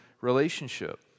relationship